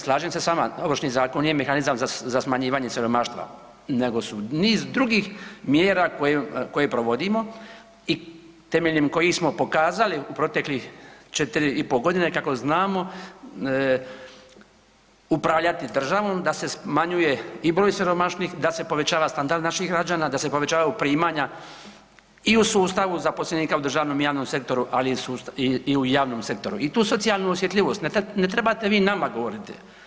Slažem se s vama Ovršni zakon … mehanizam za smanjivanje siromaštva, nego su niz drugih mjera koje provodimo i temeljem kojih smo pokazali u proteklih 4 i pol godine kako znamo upravljati državom da se smanjuje i broj siromašnih, da se povećava standard naših građana, da se povećavaju primanja i u sustavu zaposlenika u državnom i javnom sektoru, ali i u javnom sektoru i tu socijalnu osjetljivost ne trebate vi nama govoriti.